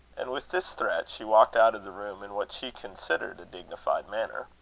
and, with this threat, she walked out of the room in what she considered a dignified manner.